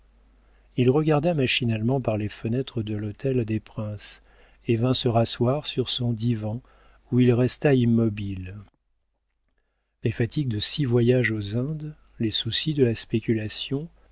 il regarda machinalement par les fenêtres de l'hôtel des princes et vint se rasseoir sur son divan où il resta immobile les fatigues de six voyages aux indes les soucis de la spéculation